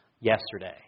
yesterday